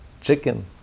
Chicken